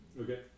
Okay